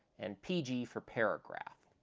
and pg for paragraph,